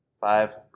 Five